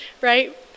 right